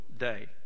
Day